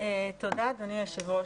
תודה, אדוני היושב ראש.